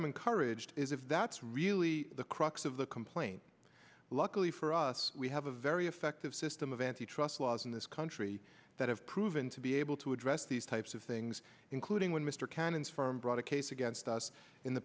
i'm encouraged is if that's really the crux of the complaint luckily for us we have a very effective system of antitrust laws in this country that have proven to be able to address these types of things including when mr cannon's firm brought a case against us in the